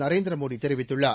நரேந்திர மோடி தெரிவித்துள்ளார்